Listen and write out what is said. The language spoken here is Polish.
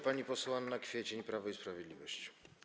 Pani poseł Anna Kwiecień, Prawo i Sprawiedliwość.